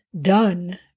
done